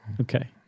Okay